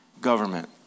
government